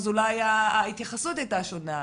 אז אולי ההתייחסות הייתה שונה.